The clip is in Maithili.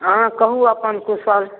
हँ कहु अपन कुशल